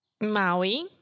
Maui